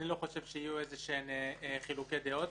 לא יהיו חילוקי דעות.